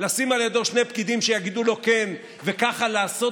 לשים על ידו שני פקידים שיגידו לו "כן" וככה לעשות